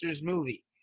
movie